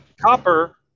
Copper